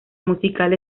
musical